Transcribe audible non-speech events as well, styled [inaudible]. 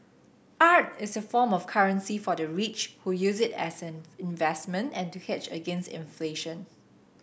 art is a form of currency for the rich who use it as an [unintelligible] investment and to hedge against inflation